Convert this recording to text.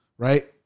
Right